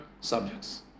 subjects